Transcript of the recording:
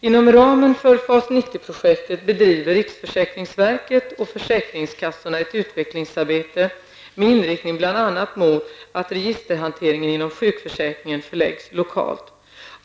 Inom ramen för FAS 90-projektet bedriver riksförsäkringsverket och försäkringskassorna ett utvecklingsarbete med inriktning bl.a. mot att registerhanteringen inom sjukförsäkringen förläggs lokalt.